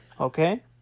Okay